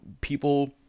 people